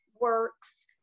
works